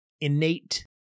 innate